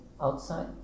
outside